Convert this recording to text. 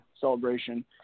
celebration